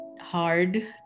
hard